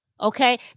Okay